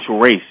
race